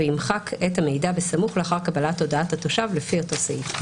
וימחק את המידע בסמוך לאחר קבלת הודעת התושב לפי אותו סעיף.